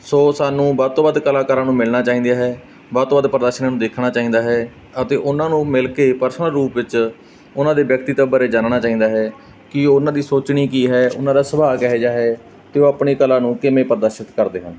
ਸੋ ਸਾਨੂੰ ਵੱਧ ਤੋਂ ਵੱਧ ਕਲਾਕਾਰਾਂ ਨੂੰ ਮਿਲਣਾ ਚਾਹੀਦੀਆਂ ਹੈ ਵੱਧ ਤੋਂ ਵੱਧ ਪ੍ਰਦਰਸ਼ਨੀਆਂ ਨੂੰ ਦੇਖਣਾ ਚਾਹੀਦਾ ਹੈ ਅਤੇ ਉਹਨਾਂ ਨੂੰ ਮਿਲ ਕੇ ਪਰਸਨਲ ਰੂਪ ਵਿੱਚ ਉਹਨਾਂ ਦੇ ਵਿਅਕਤੀਤਵ ਬਾਰੇ ਜਾਣਨਾ ਚਾਹੀਦਾ ਹੈ ਕਿ ਉਹਨਾਂ ਦੀ ਸੋਚਣੀ ਕੀ ਹੈ ਉਹਨਾਂ ਦਾ ਸੁਭਾਅ ਕਿਹੋ ਜਿਹਾ ਹੈ ਅਤੇ ਉਹ ਆਪਣੀ ਕਲਾ ਨੂੰ ਕਿਵੇਂ ਪ੍ਰਦਰਸ਼ਿਤ ਕਰਦੇ ਹਨ